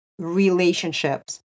relationships